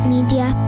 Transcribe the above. Media